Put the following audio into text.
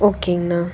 ஓகேங்கண்ணா